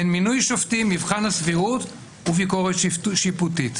הן מינוי שופטים, מבחן הסבירות וביקורת שיפוטית.